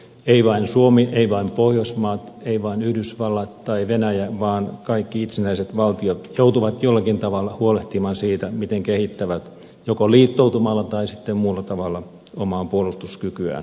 ei vain suomi ei vain pohjoismaat ei vain yhdysvallat tai venäjä vaan kaikki itsenäiset valtiot joutuvat jollakin tavalla huolehtimaan siitä miten kehittävät joko liittoutumalla tai sitten muulla tavalla omaa puolustuskykyään